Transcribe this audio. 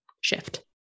shift